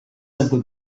simply